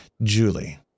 Julie